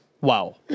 Wow